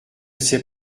sait